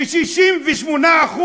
ש-68%